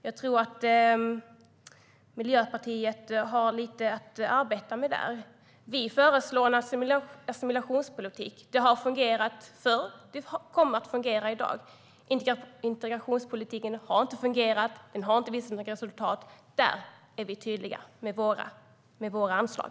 Jag tror att Miljöpartiet har lite att arbeta med där. Vi föreslår en assimilationspolitik. Det har fungerat förr. Det kommer att fungera i dag. Integrationspolitiken har inte fungerat. Den har inte visat något resultat. Där är vi tydliga med våra anslag.